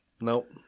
Nope